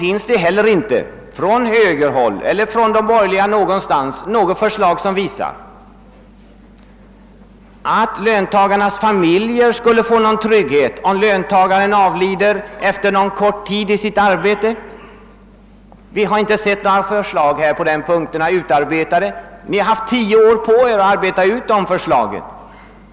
Inte heller föreligger från högerhåll eller från de borgerliga partierna över huvud taget något förslag som visar att löntagarnas familjer skulle erhålla någon trygghet, om löntagaren skulle avlida i sitt arbete efter kort tids anställning. Vi har inte sett några förslag utarbetade på de punkterna, fastän ni har haft tio år på er att utarbeta sådana.